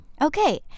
Okay